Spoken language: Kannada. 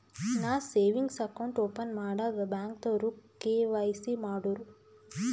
ನಾ ಸೇವಿಂಗ್ಸ್ ಅಕೌಂಟ್ ಓಪನ್ ಮಾಡಾಗ್ ಬ್ಯಾಂಕ್ದವ್ರು ಕೆ.ವೈ.ಸಿ ಮಾಡೂರು